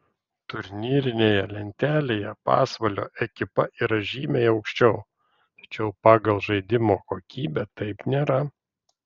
turnyrinėje lentelėje pasvalio ekipa yra žymiai aukščiau tačiau pagal žaidimo kokybę taip nėra